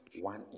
one